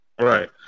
right